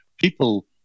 people